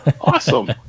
Awesome